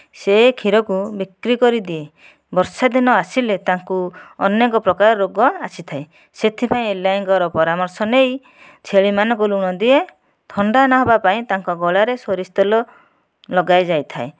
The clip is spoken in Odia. ସେ କ୍ଷୀରକୁ ବିକ୍ରି କରିଦିଏ ବର୍ଷାଦିନ ଆସିଲେ ତାଙ୍କୁ ଅନେକ ପ୍ରକାର ରୋଗ ଆସିଥାଏ ସେଥିପାଇଁ ଏଲଆଇଙ୍କର ପରାମର୍ଶ ନେଇ ଛେଳିମାନଙ୍କୁ ଲୁଣ ଦିଏ ଥଣ୍ଡା ନ ହେବାପାଇଁ ତାଙ୍କ ଗଳାରେ ସୋରିଷତେଲ ଲଗାଇଯାଇଥାଏ